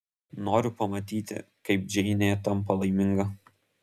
noriu pamatyti kaip džeinė tampa laiminga